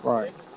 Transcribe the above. Right